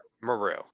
Maru